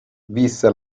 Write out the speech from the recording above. visse